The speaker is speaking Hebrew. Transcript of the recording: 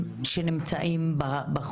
הלוואי וזה היה המצב.